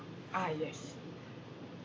ah yes